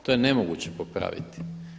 To je nemoguće popraviti.